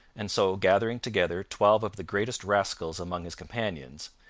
and so gathering together twelve of the greatest rascals among his companions,